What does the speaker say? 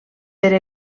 per